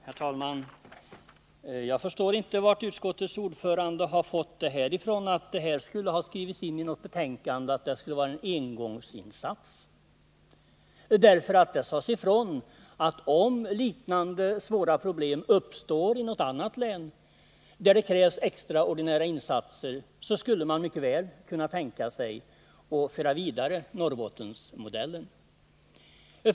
Herr talman! Jag förstår inte varifrån utskottets ordförande har fått detta, att det i något betänkande skulle ha skrivits in att det här skulle vara en engångsinsats. Det sades ifrån att om liknande svåra problem uppstår i något annat län, där det krävs extraordinära insatser, så skulle man mycket väl kunna tänka sig att föra Norrbottensmodellen vidare.